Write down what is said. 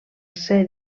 ser